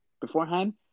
beforehand